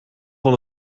van